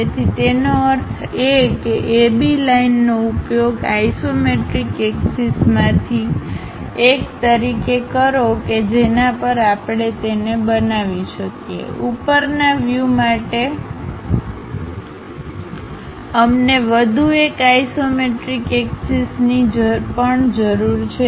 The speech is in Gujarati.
તેથી એનો અર્થ A કે AB લાઇનનો ઉપયોગ આઇસોમેટ્રિક એક્ષસમાંથી એક તરીકે કરો કે જેના પર આપણે તેને બનાવી શકીએ ઉપરના વ્યૂ માટે અમને વધુ એક આઇસોમેટ્રિક એક્ષસની પણ જરૂર છે